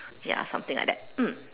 ya something like that mm